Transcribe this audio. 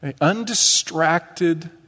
Undistracted